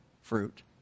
fruit